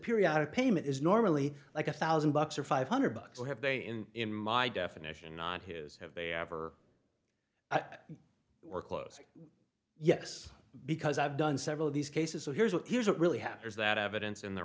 periodic payment is normally like a thousand bucks or five hundred bucks or have they in in my definition not his have they ever at or close yes because i've done several of these cases so here's what here's what really happens that evidence in the